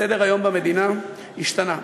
סדר-היום במדינה השתנה.